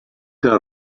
que